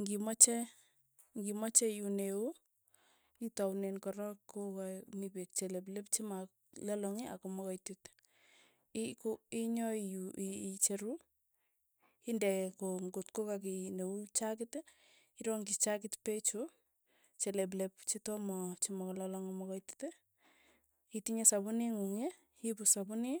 Ng'imache ng'imache iun euu, itaunen korok ko kae mii peek che leplep che ma lolong akoma kaitit, i ko inyo yu ii- i icheru inde ko ng'ot ko ka kei ne uu chakit, irongchichakit pee chu, che leplep chetoma chamalolong amakaitit, itinye sapuni ng'ung, iipu sapuni,